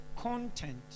content